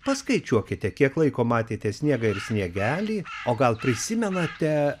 paskaičiuokite kiek laiko matėte sniegą ir sniegelį o gal prisimenate